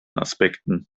aspekten